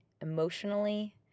emotionally